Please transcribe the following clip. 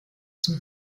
zum